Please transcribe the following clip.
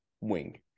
wing